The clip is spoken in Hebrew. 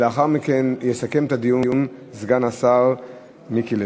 לאחר מכן יסכם את הדיון סגן השר מיקי לוי.